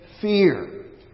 fear